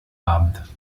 abend